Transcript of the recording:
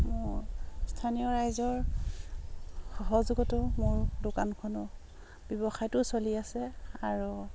মোৰ স্থানীয় ৰাইজৰ সহযোগতো মোৰ দোকানখনো ব্যৱসায়টো চলি আছে আৰু